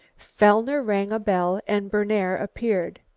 fellner rang a bell and berner appeared.